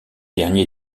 dernier